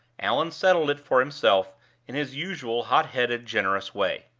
allan settled it for himself in his usual hot-headed, generous way.